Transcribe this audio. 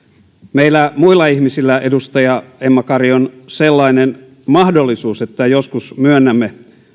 meillä muilla ihmisillä edustaja emma kari on sellainen mahdollisuus että joskus myönnämme